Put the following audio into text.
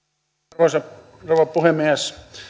arvoisa rouva puhemies